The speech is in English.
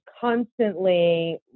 constantly